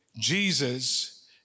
Jesus